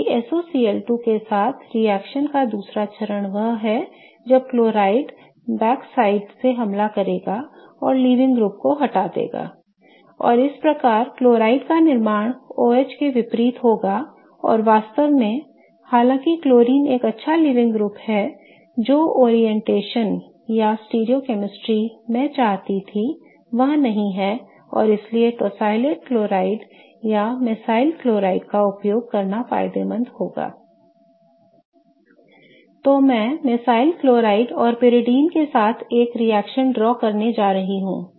क्योंकि SOCl2 के साथ रिएक्शन का दूसरा चरण वह है जब क्लोराइड बैकसाइड से हमला करेगा और लीविंग ग्रुप को हटा देगा I और इस प्रकार क्लोराइड का निर्माण OH के विपरीत होगा और वास्तव में हालांकि क्लोरीन एक अच्छा लीविंग ग्रुप है जो अभिविन्यास या स्टिरियोकेमेस्ट्री मैं चाहता था वह नहीं है और इसलिए tosylate क्लोराइड या मेसाइल क्लोराइड का उपयोग करना फायदेमंद होगाI तो मैं मेसाइल क्लोराइड और पाइरिडिन के साथ एक रिएक्शन ड्रा करने जा रहा हूं